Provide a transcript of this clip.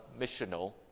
missional